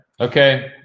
okay